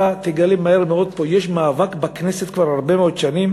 אתה תגלה מהר מאוד פה: יש מאבק בכנסת כבר הרבה מאוד שנים